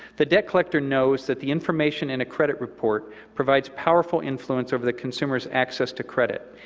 the debt collector knows that the information in a credit report provides powerful influence over the consumer's access to credit,